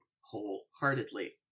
wholeheartedly